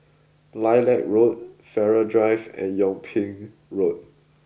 Lilac Road Farrer Drive and Yung Ping Road